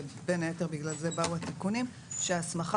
ובין היתר בגלל זה באו התיקונים שההסמכה